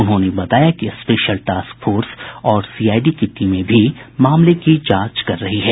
उन्होंने बताया कि स्पेशल टास्क फोर्स और सीआईडी की टीमें भी मामले की जांच कर रही है